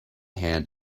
hand